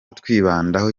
twibandaho